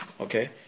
okay